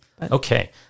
Okay